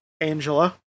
Angela